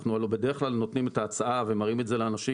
אנחנו הלא בדרך כלל נותנים את ההצעה ומראים את זה לאנשים.